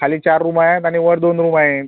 खाली चार रूम आहेत आणि वर दोन रूम आहे